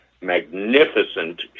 magnificent